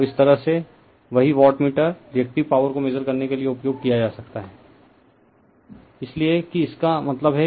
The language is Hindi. तो इस तरह से वही वाटमीटर रिएक्टिव पॉवर को मेजर करने के लिए उपयोग किया जा सकता है